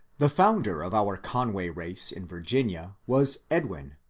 the founder of our conway race in virginia was edwin,